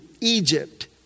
Egypt